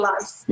Life